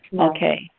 Okay